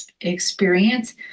experience